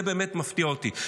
זה באמת מפתיע אותי.